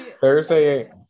Thursday